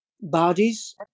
bodies